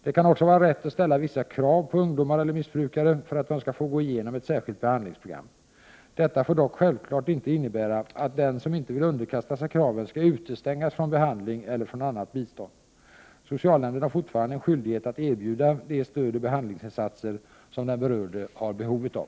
Det kan också vara rätt att ställa vissa krav på ungdomar eller missbrukare för att de skall få gå igenom ett särskilt behandlingsprogram. Detta får dock självklart inte innebära att den som inte vill underkasta sig kraven skall utestängas från behandling eller från annat bistånd. Socialnämnden har fortfarande en skyldighet att erbjuda de stödoch behandlingsinsatser som den berörde har behov av.